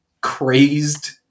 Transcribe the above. crazed